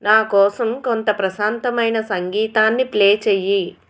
నా కోసం కొంత ప్రశాంతమైన సంగీతాన్ని ప్లే చెయ్యి